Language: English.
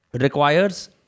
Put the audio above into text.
requires